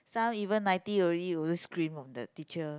some even ninety already also scream on the teacher